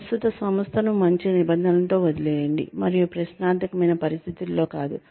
మీ ప్రస్తుత సంస్థను మంచి నిబంధనలతో వదిలేయండి మరియు ప్రశ్నార్థకమైన పరిస్థితులలో కాదు